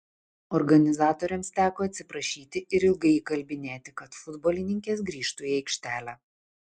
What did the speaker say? organizatoriams teko atsiprašyti ir ilgai įkalbinėti kad futbolininkės grįžtų į aikštelę